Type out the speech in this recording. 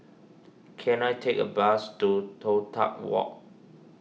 can I take a bus to Toh Tuck Walk